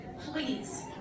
Please